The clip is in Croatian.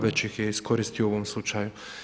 Već ih je iskoristio u ovom slučaju.